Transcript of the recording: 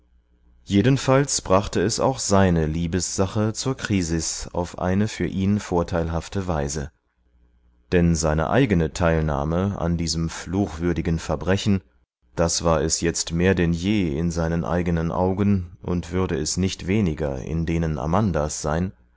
jedenfalls brachte es auch seine liebessache zur krisis auf eine für ihn vorteilhafte weise denn seine eigene teilnahme an diesem fluchwürdigen verbrechen das war es jetzt mehr denn je in seinen eigenen augen und würde es nicht weniger in denen amandas sein